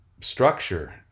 structure